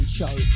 show